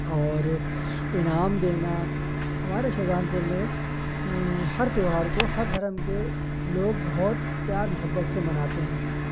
اور انعام دینا ہمارے شاہجہان پور میں ہر تہوار کو ہر دھرم کے لوگ بہت پیار محبت سے مناتے ہیں